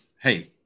hey